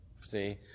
see